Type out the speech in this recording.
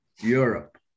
Europe